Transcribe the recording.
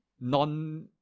non-